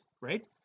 right